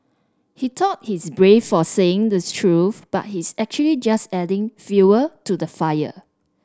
he thought he's brave for saying the truth but he's actually just adding fuel to the fire